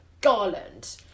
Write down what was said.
garland